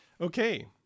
okay